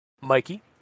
Mikey